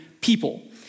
people